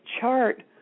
chart